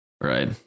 Right